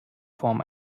form